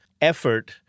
effort